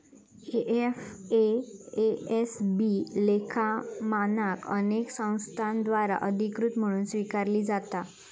FASB लेखा मानका अनेक संस्थांद्वारा अधिकृत म्हणून स्वीकारली जाता